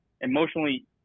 Emotionally